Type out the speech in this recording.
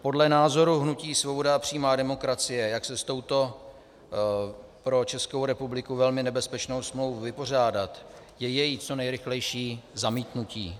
Podle názoru hnutí Svoboda a přímá demokracie, jak se s touto pro Českou republiku velmi nebezpečnou smlouvou vypořádat, je její co nejrychlejší zamítnutí.